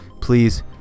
Please